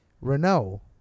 Renault